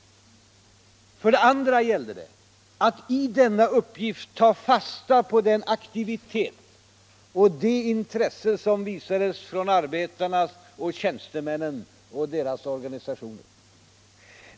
För det andra gällde det att i denna uppgift ta fasta på den aktivitet och det intresse som visades från arbetarna och tjänstemännen och deras organisationer.